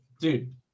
Dude